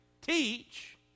Teach